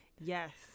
Yes